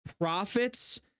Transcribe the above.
profits